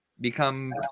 become